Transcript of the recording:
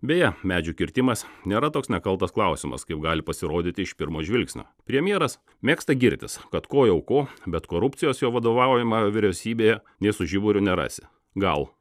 beje medžių kirtimas nėra toks nekaltas klausimas kaip gali pasirodyti iš pirmo žvilgsnio premjeras mėgsta girtis kad ko jau ko bet korupcijos jo vadovaujamoje vyriausybėje nė su žiburiu nerasi gal